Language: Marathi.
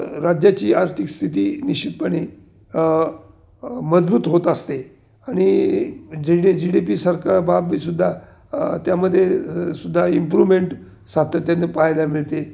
राज्याची आर्थिक स्थिती निश्चितपणे मजबूत होत असते आणि जे जी डी पीसारखा बाबी सुद्धा त्यामध्ये सुद्धा इम्प्रूव्हमेंट सातत्याने पाहायला मिळते